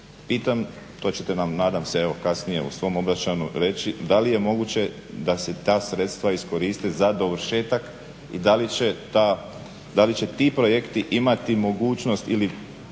Pitam, to ćete nam nadam se evo kasnije u svom obraćanju reći, da li je moguće da se ta sredstva iskoriste za dovršetak i da li će ti projekti imati mogućnost ili